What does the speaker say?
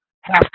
half